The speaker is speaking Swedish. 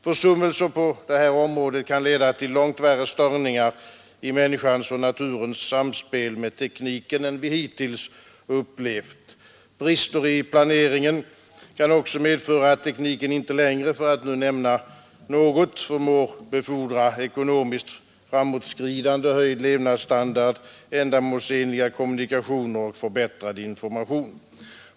Försummelser på detta område kan leda till långt värre störningar i människans och naturens samspel med tekniken än vi hittills upplevt. Brister i planeringen kan också medföra att tekniken inte längre — för att nu nämna några exempel — förmår befordra ekonomiskt framåtskridande, höjd levnadsstandard, ändamålsenliga kommunikationer och förbättrad information.